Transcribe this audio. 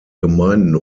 gemeinden